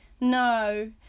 no